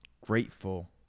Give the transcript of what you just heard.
grateful